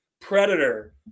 predator